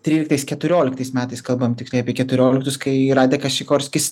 tryliktais keturioliktais metais kalbam tiksliai apie keturioliktus kai radekas šikorskis